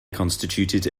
constituted